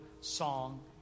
song